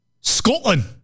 Scotland